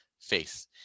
face